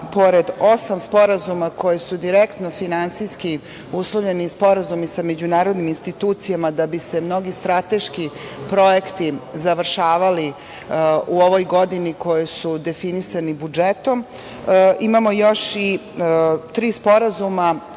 pored osam sporazuma koji su direktno finansijski uslovljeni sporazumi sa međunarodnim institucijama da bi se mnogi strateški projekti završavali u ovoj godini koje su definisani budžetom, imamo još i tri sporazuma